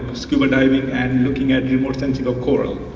scuba diving and looking at remote sensing of coral.